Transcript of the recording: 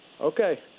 okay